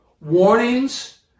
warnings